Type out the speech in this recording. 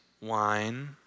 wine